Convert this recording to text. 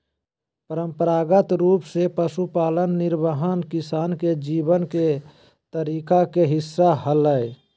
परंपरागत रूप से पशुपालन निर्वाह किसान के जीवन के तरीका के हिस्सा हलय